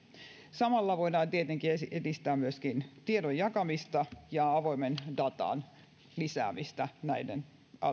samalla voidaan tietenkin edistää myöskin tiedon jakamista ja avoimen datan lisäämistä näiden